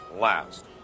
last